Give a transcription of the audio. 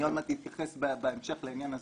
אני עוד מעט אתייחס בהמשך לעניין הזה,